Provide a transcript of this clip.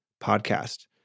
podcast